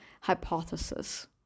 hypothesis